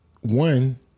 one